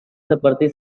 seperti